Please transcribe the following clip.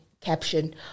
caption